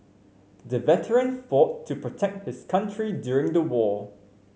the veteran fought to protect his country during the war